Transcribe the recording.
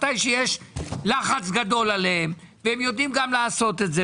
מתי שיש לחץ גדול עליהם ויודעים לעשות זאת.